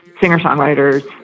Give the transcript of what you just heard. singer-songwriter's